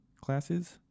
classes